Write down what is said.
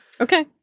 Okay